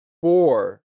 four